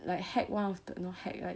like hack one of the no hack like